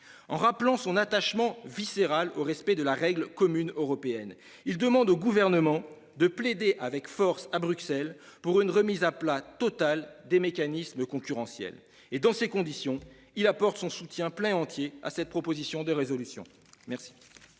En rappelant son attachement viscéral au respect de la règle commune européenne, il demande au Gouvernement de plaider avec force à Bruxelles pour une remise à plat totale des mécanismes concurrentiels. Dans ces conditions, il apporte son soutien à cette proposition de résolution.